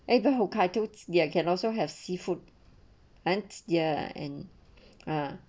aber hokaido ya can also have seafood and ya and ah